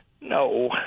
No